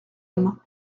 homme